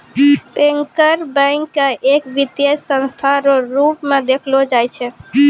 banker bank के एक वित्तीय संस्था रो रूप मे देखलो जाय छै